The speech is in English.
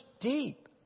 deep